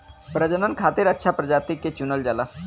प्रजनन खातिर अच्छा प्रजाति के चुनल जाला